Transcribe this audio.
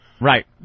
right